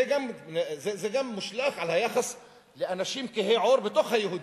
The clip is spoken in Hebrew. זה גם מושלך על היחס לאנשים כהי עור בתוך היהודים,